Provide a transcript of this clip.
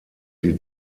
sie